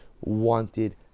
wanted